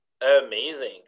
amazing